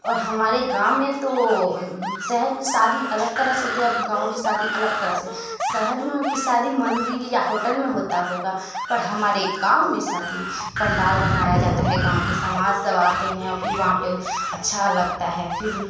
और हमारे गाँव में तो शहर की शादी अलग तरह से होती है अब गाँव की शादी अलग तरह से शहर में की शादी मंदिर या होटल में होता होगा पर हमारे गाँव में शादी पंडाल बनाया जाता है गाँव के समाज सब आते हैं और फिर वहाँ पर अच्छा लगता है फिर